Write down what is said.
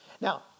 Now